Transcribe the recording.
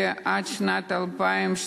ועד שנת 2012,